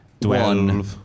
One